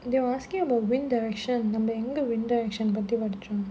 they were asking about wind direction நம்ம எங்க:namma enga wind direction பத்தி படிச்சோம்:pathi padichom